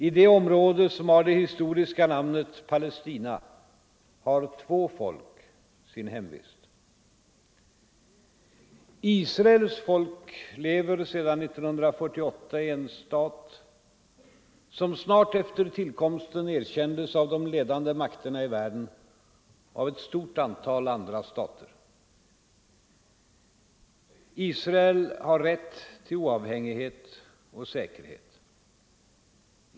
I det område som har det historiska namnet Palestina har två folk sin hemvist. Israels folk lever sedan 1948 i en stat, som snart efter tillkomsten erkändes av de ledande makterna i världen och ett stort antal andra stater. Israel har rätt till oavhängighet och säkerhet.